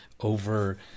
over –